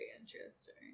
interesting